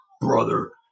brother